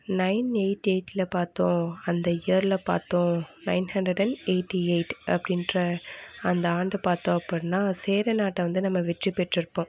nine eight எயிட்டில் பார்த்தோம் அந்த இயரில் பார்த்தோம் nine hundred and eighty eight அப்படின்ற அந்த ஆண்டு பார்த்தோம் அப்பிடின்னா சேர நாட்டை வந்து நம்ம வெற்றி பெற்றுருப்போம்